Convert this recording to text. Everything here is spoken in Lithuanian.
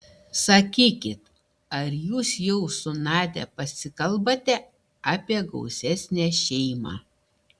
sakykit ar jūs jau su nadia pasikalbate apie gausesnę šeimą